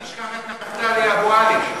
אל תשכח את נפתלי אבו עלי.